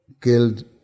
killed